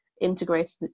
integrated